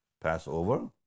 Passover